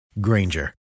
Granger